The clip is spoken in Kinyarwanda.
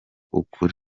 ukuri